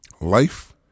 Life